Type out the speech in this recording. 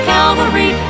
Calvary